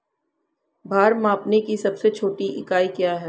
भार मापने की सबसे छोटी इकाई क्या है?